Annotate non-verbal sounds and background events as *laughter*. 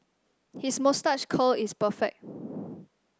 his moustache curl is perfect *noise*